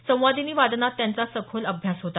संवादिनी वादनात त्यांचा सखोल अभ्यास होता